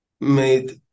made